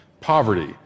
poverty